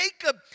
Jacob